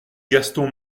gaston